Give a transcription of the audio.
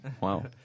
Wow